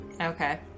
Okay